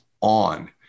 on